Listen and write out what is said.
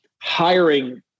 hiring